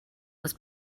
was